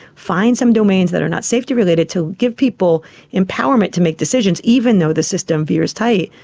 find some domains that are not safety-related, to give people empowerment to make decisions, even though the system veers tight.